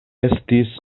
estis